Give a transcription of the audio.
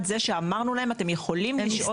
זה שאמרנו להם אתם יכולים לשהות כאן.